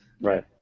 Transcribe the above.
Right